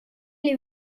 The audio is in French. les